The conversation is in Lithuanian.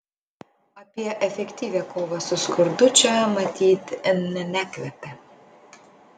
apie efektyvią kovą su skurdu čia matyt ne nekvepia